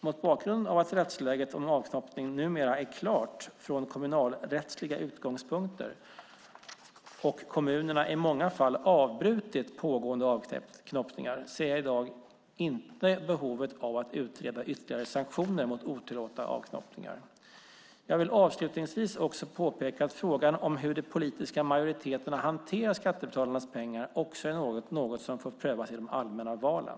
Mot bakgrund av att rättsläget beträffande avknoppning numera är klart från kommunalrättsliga utgångspunkter och kommunerna i många fall avbrutit pågående avknoppningar ser jag i dag inte behovet av att utreda ytterligare sanktioner mot otillåtna avknoppningar. Jag vill avslutningsvis även påpeka att frågan om hur de politiska majoriteterna hanterar skattebetalarnas pengar också är något som får prövas i de allmänna valen.